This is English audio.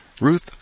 Ruth